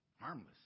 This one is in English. harmless